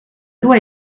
loi